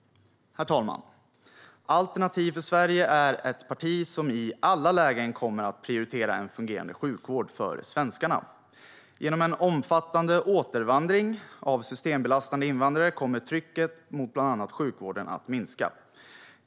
Herr talman! Alternativ för Sverige är ett parti som i alla lägen kommer att prioritera en fungerande sjukvård för svenskarna. Genom en omfattande återvandring av systembelastande invandrare kommer trycket mot bland annat sjukvården att minska.